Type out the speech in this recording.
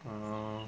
orh